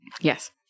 Yes